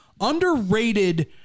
underrated